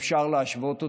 שאפשר להשוות אותם,